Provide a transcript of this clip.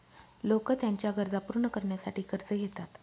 लोक त्यांच्या गरजा पूर्ण करण्यासाठी कर्ज घेतात